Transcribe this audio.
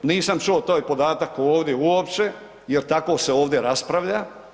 Nisam čuo taj podatak ovdje uopće jer tako se ovdje raspravlja.